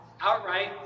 outright